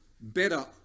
better